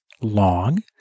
long